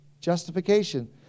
justification